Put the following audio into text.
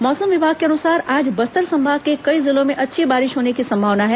मौसम विभाग के अनुसार आज बस्तर संभाग के कई जिलों में अच्छी बारिश होने की संभावना है